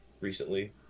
recently